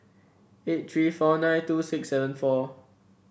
eight three four nine two six seven four